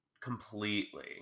completely